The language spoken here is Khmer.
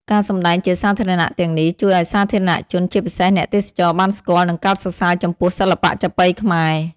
ការសម្តែងជាសាធារណៈទាំងនេះ ជួយឱ្យសាធារណជន ជាពិសេសអ្នកទេសចរ បានស្គាល់ និងកោតសរសើរចំពោះសិល្បៈចាប៉ីខ្មែរ។